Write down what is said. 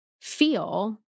feel